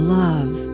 love